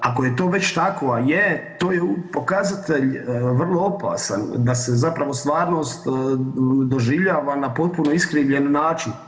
Ako je to već tako a je, to je pokazatelj vrlo opasan da se zapravo stvarnost doživljava na potpuno iskrivljen način.